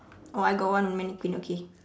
oh I got one mannequin okay